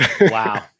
Wow